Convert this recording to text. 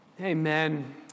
Amen